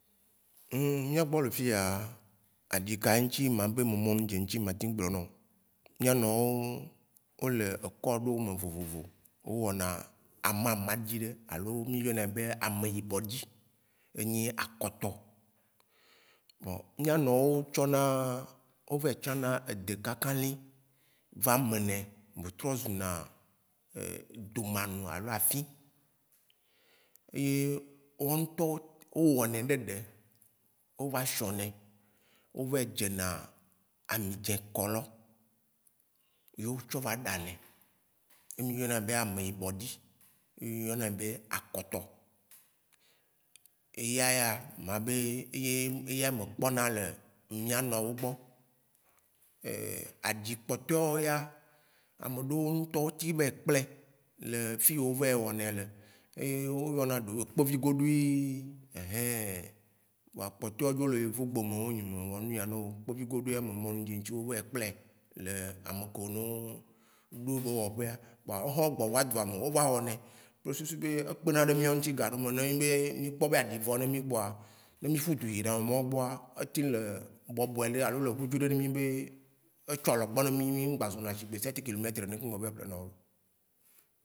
Mía gbɔ le fia, aɖi ka eŋtsi ma be me mɔmo dze ŋtsi ma te gblɔ nao? Mía nɔ wo le ekɔ ɖo me vo vo vo. O wɔna ama dzi ɖe alo mí yɔnɛ be ame yibɔ ɖi. Enyi akɔtɔ. Bon, mía nɔ wo tsɔna, o vɛ tsana ede kãkã liva me nɛ me trɔ zu na domanu alo afĩ. Eye wo ŋtɔ o wɔnɛ ɖeɖe, o va shɔnɛ, o vaɛ dze na amidzɛ kɔlɔ ye o tsɔ va ɖa nɛ. E mí yɔnɛ be me yibɔ ɖi, mí yɔnɛ be akɔtɔ. Eya ya ma be eya me kpɔ na le mía nɔ wo gbɔ. Aɖi kpɔteo ya, ameɖeo ŋtɔ ŋtsi vɛ kplɛ le fi o vɛ wɔnɛ le, e o yɔnɛ be kpevigɔɖui einhein vɔa kpɔteo wa dzo le yovo gbome enua kpevigɔɖuia ame dzedzio o vɛ kplɛ le ame ke no ɖoɖɔ wɔƒea. Vɔa o hɔ gbɔ va dzuame, o va wɔnɛ kple susu be ekpeɖe míao ŋtsi gaɖome, ne enyi be, mí kpɔ be aɖi vɔ na mí kpɔa, ne mí ƒudzu yi ame na wo gbɔa, etsi le bɔbɔe ɖe alo ele gbudzu ɖe mí be etsɔ le kpɔ ne mí-mí ŋgba zu na shigbe sept kilometre nene keŋ gbɔ be ple nao.